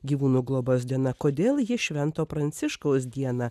gyvūnų globos diena kodėl ji švento pranciškaus diena